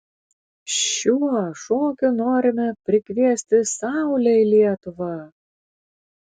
šiuo šokiu norime prikviesti saulę į lietuvą